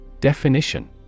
Definition